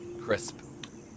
crisp